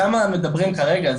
שמה מדברים כרגע,